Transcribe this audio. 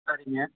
சரிங்க